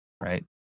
right